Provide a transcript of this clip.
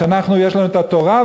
אנחנו יש לנו התורה,